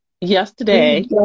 Yesterday